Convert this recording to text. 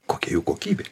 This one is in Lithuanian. kokia jų kokybė